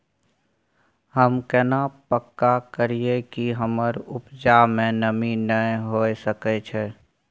हम केना पक्का करियै कि हमर उपजा में नमी नय होय सके छै?